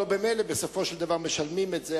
הרי ממילא בסופו של דבר משלמים את זה,